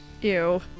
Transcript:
Ew